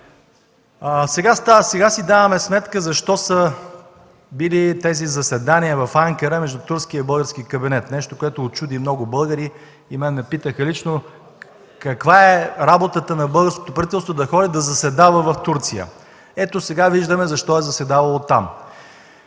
Сега си даваме сметка защо са били тези заседания в Анкара между турския и българския кабинет – нещо, което учуди и много българи. Мен ме питаха лично: каква е работата на българското правителство да ходи да заседава в Турция? Ето сега виждаме защо е заседавало там.